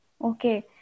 okay